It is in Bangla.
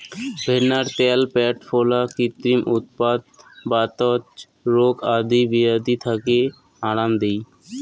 ভেন্নার ত্যাল প্যাট ফোলা, ক্রিমির উৎপাত, বাতজ রোগ আদি বেয়াধি থাকি আরাম দেই